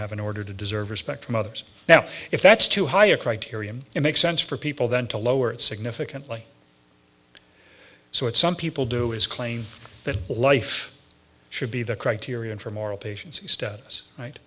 have in order to deserve respect from others now if that's too high a criterion it makes sense for people then to lower it significantly so if some people do is claim that life should be the criterion for moral